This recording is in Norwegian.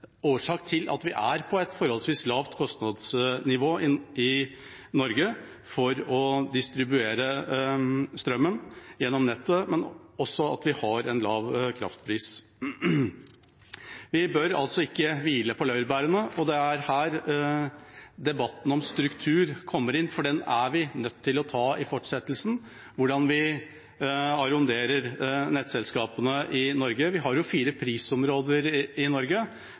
årsak til at vi har et forholdsvis lavt kostnadsnivå i Norge når det gjelder å distribuere strøm gjennom nettet, og til at vi også har en lav kraftpris. Vi bør altså ikke hvile på laurbærene, og det er her debatten om struktur kommer inn, for den er vi nødt til å ta i fortsettelsen. Hvordan arronderer vi nettselskapene i Norge? Vi har fire prisområder i Norge,